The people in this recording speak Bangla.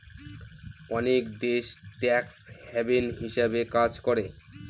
অনেক দেশ ট্যাক্স হ্যাভেন হিসাবে কাজ করে